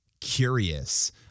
curious